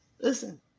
Listen